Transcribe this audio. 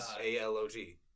A-L-O-T